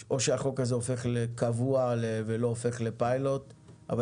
או שהחוק הזה הופך לקבוע ולא פיילוט אבל